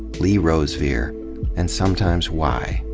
lee rosevere, and sumtimes why.